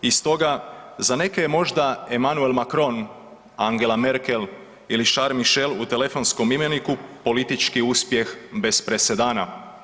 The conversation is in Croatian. I stoga za neke je možda Emmanuel Macron, Angela Merkel ili Charles Michel u telefonskom imeniku politički uspjeh bez presedana.